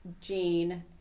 gene